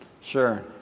Sure